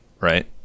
right